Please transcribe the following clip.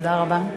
תודה רבה.